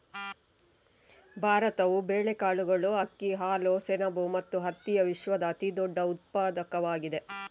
ಭಾರತವು ಬೇಳೆಕಾಳುಗಳು, ಅಕ್ಕಿ, ಹಾಲು, ಸೆಣಬು ಮತ್ತು ಹತ್ತಿಯ ವಿಶ್ವದ ಅತಿದೊಡ್ಡ ಉತ್ಪಾದಕವಾಗಿದೆ